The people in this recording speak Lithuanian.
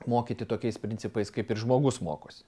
mokyti tokiais principais kaip ir žmogus mokosi